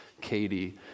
Katie